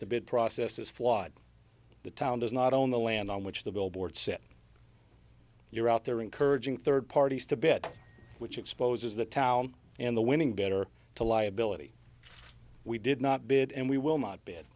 the bid process is flawed the town does not own the land on which the billboards sit you're out there encouraging third parties to bid which exposes the town and the winning bidder to liability we did not bid and we will not b